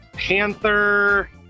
panther